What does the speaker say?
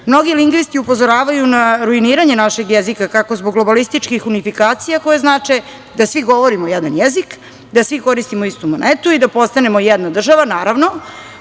Mnogi lingvisti upozoravaju na ruiniranje našeg jezika, kako zbog globalističkih unifikacija, koje znače da svi govorimo jedan jezik, da svi koristimo istu monetu i da postanemo jedna država. Naravno,